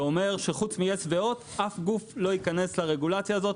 זה אומר שחוץ מיס והוט אף גוף לא ייכנס לרגולציה הזאת,